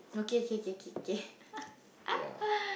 okay okay okay okay okay